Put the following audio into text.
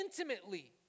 intimately